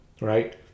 right